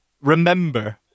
remember